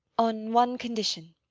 on one condition.